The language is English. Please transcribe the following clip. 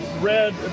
red